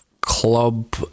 club